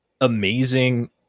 amazing